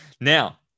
now